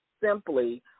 simply